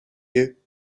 you